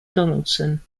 donaldson